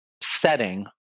setting